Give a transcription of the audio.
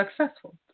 successful